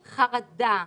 חרדה,